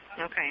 Okay